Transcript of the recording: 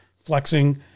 flexing